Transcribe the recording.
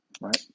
Right